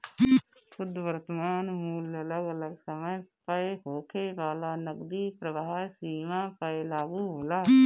शुद्ध वर्तमान मूल्य अगल अलग समय पअ होखे वाला नगदी प्रवाह सीमा पअ लागू होला